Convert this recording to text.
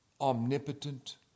omnipotent